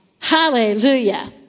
Hallelujah